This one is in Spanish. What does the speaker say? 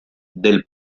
del